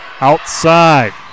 outside